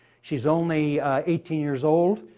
she's only eighteen years old,